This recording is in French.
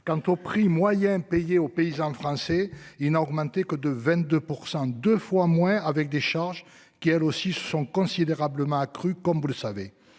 Quant au prix moyen payé aux paysans français il n'a augmenté que de 22, 102 fois moins avec des charges qui elle aussi se sont considérablement accrues, comme vous le savez,